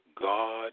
God